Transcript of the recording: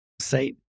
say